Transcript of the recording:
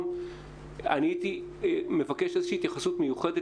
הייתי מבקש איזושהי התייחסות מיוחדת